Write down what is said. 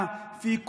האם אני שם או פה?